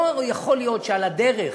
לא יכול להיות שעל הדרך,